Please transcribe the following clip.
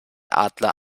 adler